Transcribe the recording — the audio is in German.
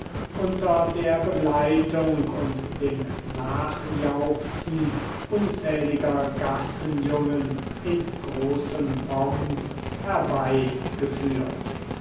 unter der begleitung und dem nachjauchzen unzähliger gassenjungen in großem pomp herbei